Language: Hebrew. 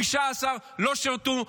15 לא שירתו.